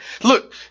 Look